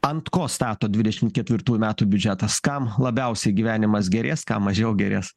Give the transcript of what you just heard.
ant ko stato dvidešimt ketvirtųjų metų biudžetas kam labiausiai gyvenimas gerės kam mažiau gerės